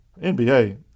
NBA